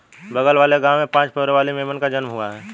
बगल वाले गांव में पांच पैरों वाली मेमने का जन्म हुआ है